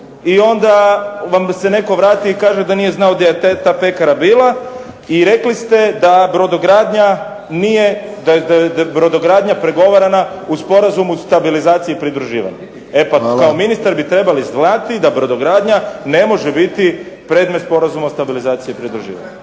i onda vam se netko vrati i kaže da nije znao gdje je ta pekara bila. I rekli ste da brodogradnja nije, da je brodogradnja pregovarana u sporazumu stabilizacije i pridruživanja. E pa kao ministar bi trebali znati da brodogradnja ne može biti predmet sporazuma o stabilizaciji i pridruživanju.